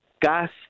Gas